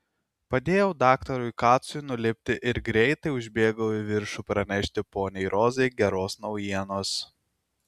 padėjau daktarui kacui nulipti ir greitai užbėgau į viršų pranešti poniai rozai geros naujienos